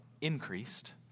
increased